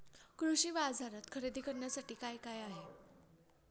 कृषी बाजारात खरेदी करण्यासाठी काय काय आहे?